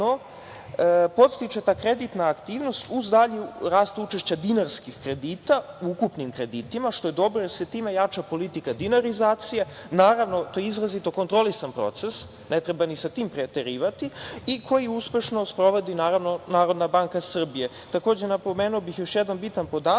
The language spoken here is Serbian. podstiče ta kreditna aktivnost uz dalji rast učešća dinarskih kredita u ukupnim kreditima, što je dobro, jer se time jača politika dinarizacije. Naravno, to je izrazito kontrolisan proces, ne treba ni sa tim preterivati i koji uspešno sprovodi NBS.Takođe bih napomenuo još jedan bitan podatak za te